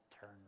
turn